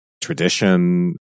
tradition